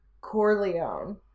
Corleone